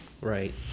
right